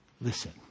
Listen